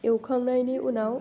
एवखांनायनि उनाव